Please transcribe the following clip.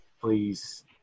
Please